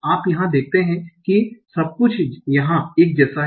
आप यहा देखते हैं कि सब कुछ यहाँ एक जैसा हैं